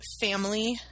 family –